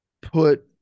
put